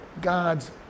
God's